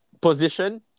position